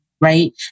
right